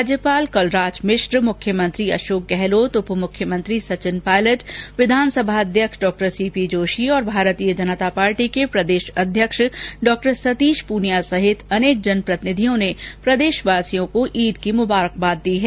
राज्यपाल कलराज मिश्र मुख्यमंत्री अशोक गहलोत उप मुख्यमंत्री सचिन पायलट विधानसभा अध्यक्ष डॉ सी पी जोशी और भारतीय जनता पार्टी के प्रदेश अध्यक्ष डॉसतीश पूनिया सहित जनप्रतिनिधियों ईद मुबारकबाद अनेक ने की दी है